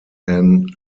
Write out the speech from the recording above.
anne